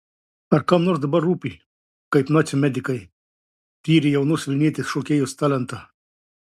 ar kam nors dabar rūpi kaip nacių medikai tyrė jaunos vilnietės šokėjos talentą